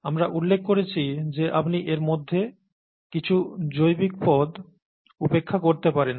আমরা উল্লেখ করেছি যে আপনি এর মধ্যে কিছু জৈবিকপদ উপেক্ষা করতে পারেন